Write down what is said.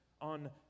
on